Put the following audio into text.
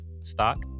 stock